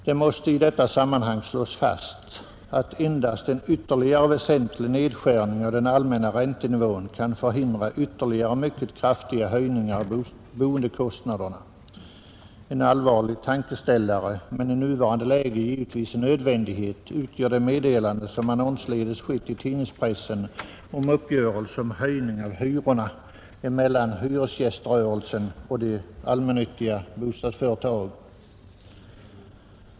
Det måste i detta sammanhang slås fast att endast en ytterligare väsentlig nedskärning av den allmänna räntenivån kan förhindra fler mycket kraftiga höjningar av boendekostnaderna. En allvarlig tankeställare men i nuvarande läge givetvis en nödvändighet utgör det meddelande som annonsledes lämnats i tidningspressen beträffande uppgörelse om höjning av hyrorna mellan hyresgäströrelsen och de allmännyttiga bostadsföretagen.